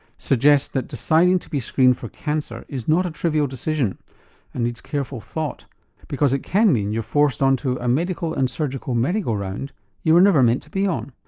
suggest that deciding to be screened for cancer is not a trivial decision and needs careful thought because it can mean you're forced onto a medical and surgical merry go round you were never meant to be on.